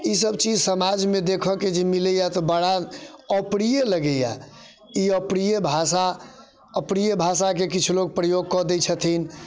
ई सब चीज समाजमे देखऽके लिए जे मिलैया तऽ बड़ा अप्रिय लगैया ई अप्रिय भाषा अप्रिय भाषाके किछु लोग प्रयोग कऽ दै छथिन